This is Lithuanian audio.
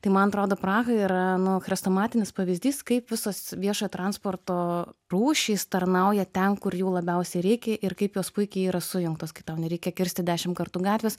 tai man atrodo praha yra nu chrestomatinis pavyzdys kaip visos viešojo transporto rūšys tarnauja ten kur jų labiausiai reikia ir kaip jos puikiai yra sujungtos kai tau nereikia kirsti dešimt kartų gatvės